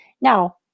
Now